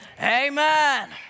amen